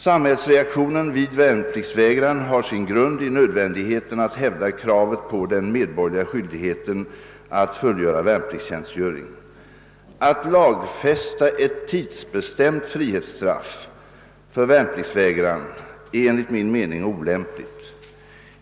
Samhällsreaktionen vid värnpliktsvägran har sin grund i nödvändigheten att hävda kravet på den medborgerliga skyldigheten att fullgöra värnpliktstjänstgöring. Att lagfästa ett tidsbestämt frihetsstraff för värnpliktsvägran är enligt min mening olämpligt.